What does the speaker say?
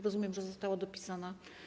Rozumiem, że została dopisana?